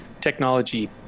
technology